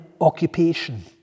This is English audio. occupation